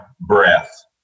breath